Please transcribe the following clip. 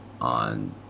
on